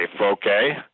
okay